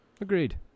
Agreed